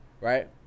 right